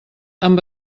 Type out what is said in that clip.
amb